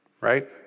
right